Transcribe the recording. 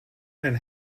and